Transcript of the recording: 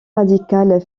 radical